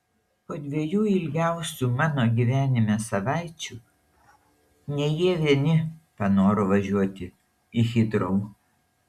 po dviejų ilgiausių mano gyvenime savaičių ne jie vieni panoro važiuoti į hitrou